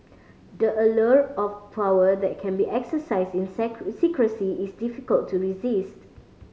the allure of power that can be exercises in secrecy is difficult to resisted